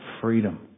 freedom